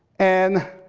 and,